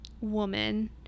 woman